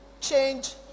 change